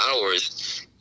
hours